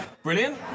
Brilliant